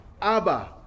Abba